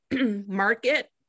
market